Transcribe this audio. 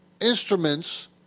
instruments